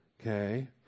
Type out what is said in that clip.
okay